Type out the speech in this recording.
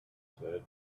said